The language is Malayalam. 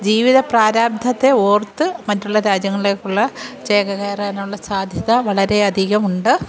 ജീവിത പ്രാരാബ്ദത്തെ ഓർത്ത് മറ്റുള്ള രാജ്യങ്ങളിലേക്കുള്ള ചേക്കേറാനുള്ള സാധ്യത വളരെ അധികം ഉണ്ട്